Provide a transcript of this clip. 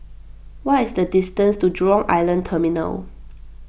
what is the distance to Jurong Island Terminal